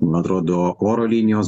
man atrodo oro linijos